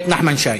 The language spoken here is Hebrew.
חבר הכנסת נחמן שי.